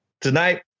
Tonight